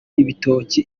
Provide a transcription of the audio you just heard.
ibitoki